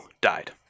died